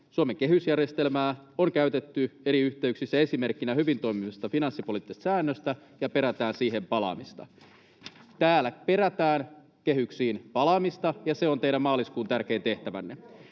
Suomen kehysjärjestelmää on käytetty eri yhteyksissä esimerkkinä hyvin toimivasta finanssipoliittisesta säännöstä”, ja täällä perätään siihen palaamista. Täällä perätään kehyksiin palaamista, ja se on teidän maaliskuun tärkein tehtävänne.